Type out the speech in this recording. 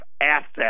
assets